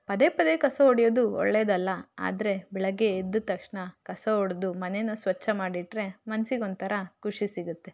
ಪದೇ ಪದೇ ಕಸ ಹೊಡಿಯೋದು ಒಳ್ಳೆಯದಲ್ಲ ಆದರೆ ಬೆಳಗ್ಗೆ ಎದ್ದ ತಕ್ಷಣ ಕಸ ಹೊಡ್ದು ಮನೇನ ಸ್ವಚ್ಛ ಮಾಡಿಟ್ಟರೆ ಮನ್ಸಿಗೆ ಒಂಥರ ಖುಷಿ ಸಿಗತ್ತೆ